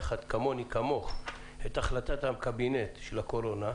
כמוני וכמוך את החלטת קבינט הקורונה,